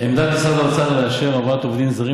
עמדת משרד האוצר באשר להבאת עובדים זרים